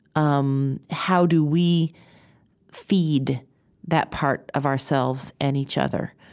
um how do we feed that part of ourselves and each other?